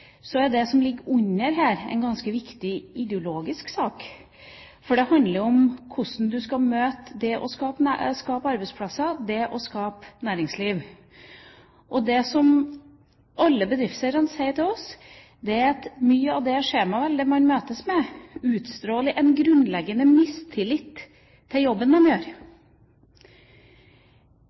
det som ligger under her, en ganske viktig ideologisk sak. For det handler om hvordan man skal møte det å skape arbeidsplasser, det å skape næringsliv. Det som alle bedriftseierne sier til oss, er at mye av det skjemaveldet man møtes med, utstråler en grunnleggende mistillit til jobben de gjør.